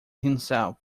himself